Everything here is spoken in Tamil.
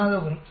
14 ஆக வரும்